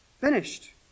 finished